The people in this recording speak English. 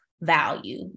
value